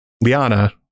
liana